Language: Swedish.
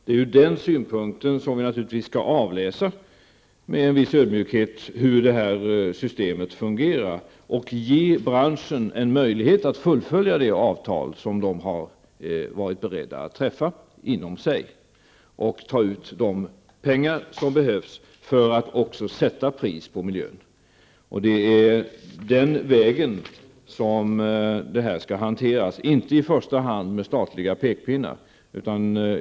Det är ur den synpunkten som vi med viss ödmjukhet skall avläsa hur det här systemet fungerar och ge branschen en möjlighet att fullfölja det avtal som de har varit beredda att träffa inom sig samt ta ut de pengar som behövs för att också sätta pris på miljön. Det är på det sättet detta skall hanteras, inte med statliga pekpinnar i första hand.